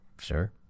sure